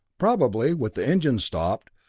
probably, with the engines stopped,